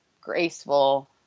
graceful